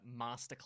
Masterclass